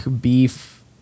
beef